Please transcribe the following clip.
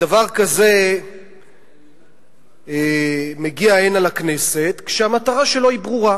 דבר כזה מגיע הנה לכנסת, והמטרה שלו היא ברורה.